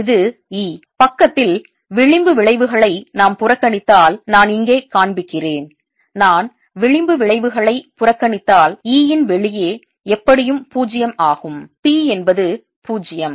இது E பக்கத்தில் விளிம்பு விளைவுகளை நாம் புறக்கணித்தால் நான் இங்கே காண்பிக்கிறேன் நான் விளிம்பு விளைவுகளை புறக்கணித்தால் E ன் வெளியே எப்படியும் 0 ஆகும் P என்பது 0